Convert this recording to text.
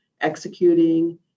executing